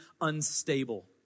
unstable